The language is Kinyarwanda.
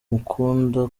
mukunda